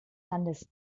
landes